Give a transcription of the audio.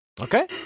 Okay